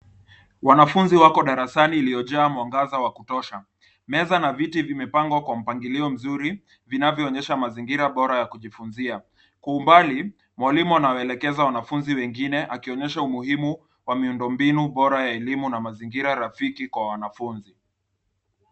Wanafunzi wako darasani iliyojaa mwangaza wa kutosha. Meza na viti vimepangwa kwa mpangilio mzuri vinavyoonyesha mazingira bora ya kujifunzia. Kwa umbali, mwalimu anaowaelekeza wanafunzi wengine akionyesha umuhimu wa miundo mbinu bora ya elimu na mazingira rafiki kwa wanafunzi.